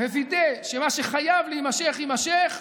ווידא שמה שחייב להימשך יימשך.